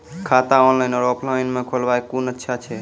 खाता ऑनलाइन और ऑफलाइन म खोलवाय कुन अच्छा छै?